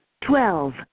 Twelve